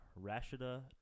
Rashida